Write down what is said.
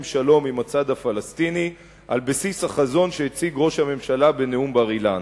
שלום עם הצד הפלסטיני על בסיס החזון שהציג ראש הממשלה בנאום בר-אילן.